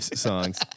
songs